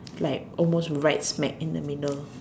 like almost right smack in the middle